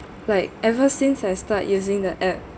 like ever since I start using the app